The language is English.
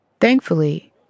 Thankfully